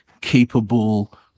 capable